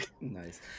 Nice